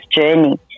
journey